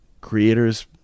creators